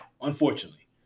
unfortunately